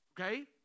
Okay